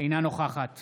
אינה נוכחת